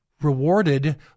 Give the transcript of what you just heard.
rewarded